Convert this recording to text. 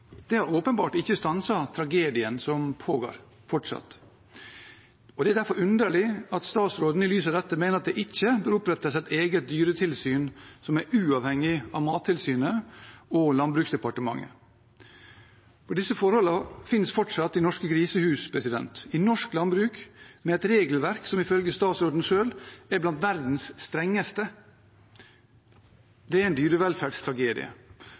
åpenbart ikke stanset tragedien, som pågår fortsatt. Det er derfor underlig at statsråden i lys av dette mener at det ikke bør opprettes et eget dyretilsyn som er uavhengig av Mattilsynet og Landbruksdepartementet. Disse forholdene finnes fortsatt i norske grisehus – i norsk landbruk, med et regelverk som ifølge statsråden er blant verdens strengeste. Det er en dyrevelferdstragedie.